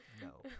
No